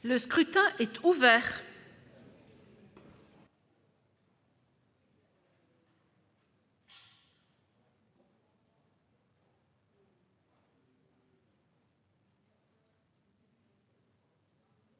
Le scrutin est ouvert.